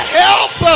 help